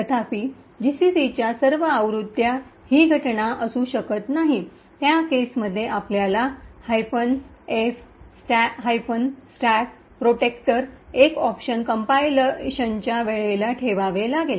तथापि जीसीसीच्या सर्व आवृत्त्यांसाठी ही घटना असू शकत नाही त्या केस मध्ये आपल्याला f स्टॅक प्रोटेकटर एक ऑप्शन कंपाईलेशनचच्या वेळेला ठेवावे लागेल